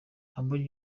humble